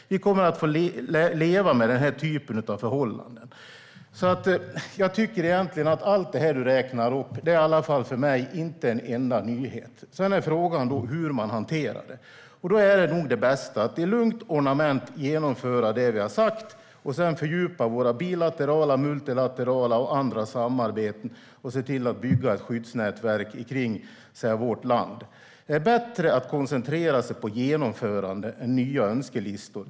Vi kommer att få leva med denna typ av förhållanden. Allt det som du har räknat upp är, i alla fall för mig, egentligen inte en enda nyhet. Sedan är frågan hur man hanterar detta. Då är nog det bästa att i lugnt ornament genomföra det vi har sagt och sedan fördjupa våra bilaterala, multilaterala och andra samarbeten och se till att bygga ett skyddsnätverk omkring vårt land. Det är bättre att koncentrera sig på genomförande än nya önskelistor.